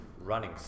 running